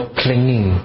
clinging